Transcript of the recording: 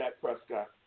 Prescott